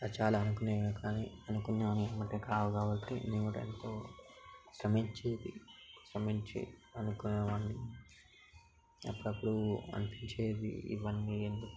చాలా అనుకునేవి కానీ అనుకున్న ఎమ్మటే కావు కాబట్టి నేను కూడా ఎంతో శ్రమించి శ్రమించి అనుకునేవాడిని అప్పుడప్పుడు అనిపించేది ఇవ్వన్నీ ఎందుకు